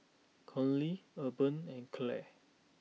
Conley Urban and Claire